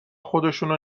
خودشونو